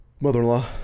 mother-in-law